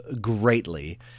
greatly